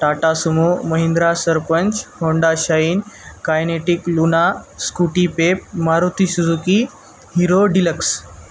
Tata Sumo Mahindra Sarpanch Honda Shine Kinetic Luna Scooty Pep Maruti Suzuki Hero deluxe